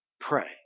pray